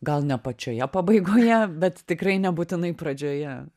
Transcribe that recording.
gal ne pačioje pabaigoje bet tikrai nebūtinai pradžioje